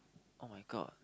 [oh]-my-god